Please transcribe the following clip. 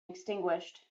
extinguished